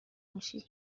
میشی